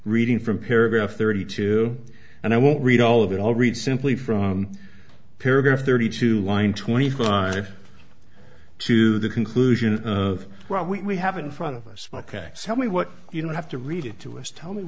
reading from paragraph thirty two and i won't read all of it i'll read simply from paragraph thirty two line twenty five to the conclusion of well we have in front of us ok so me what you don't have to read it to is tell me